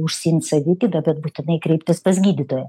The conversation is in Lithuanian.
užsiimt savigyda bet būtinai kreiptis pas gydytoją